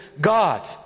God